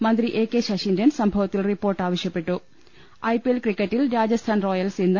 മന്ത്രി എ കെ ശശീന്ദ്രൻ സംഭവത്തിൽ റിപ്പോർട്ട് ആവശ്യപ്പെട്ടു ഐ പി എൽ ക്രിക്കറ്റിൽ രാജസ്ഥാൻ റോയൽസ് ഇന്ന്